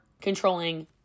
controlling